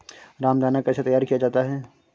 रामदाना कैसे तैयार किया जाता है?